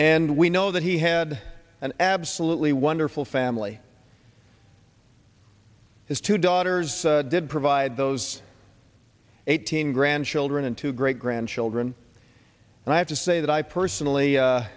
and we know that he had an absolutely wonderful family his two daughters did provide those eighteen grandchildren and two great grandchildren and i have to say that i personally